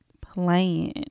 playing